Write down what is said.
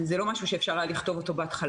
זה לא דבר שאפשר היה לכתוב אותו בהתחלה.